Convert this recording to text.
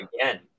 again